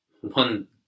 one